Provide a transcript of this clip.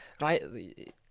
right